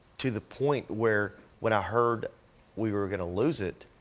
to the point where when i heard we were gonna lose it,